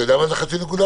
אתה יודע מה זה חצי נקודה?